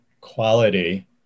quality